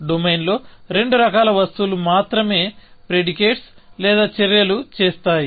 డొమైన్లో రెండు రకాల వస్తువులు మాత్రమే ప్రెడికేట్స్ లేదా చర్యలు చేస్తాయి